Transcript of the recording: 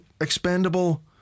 expendable